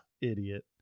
Idiot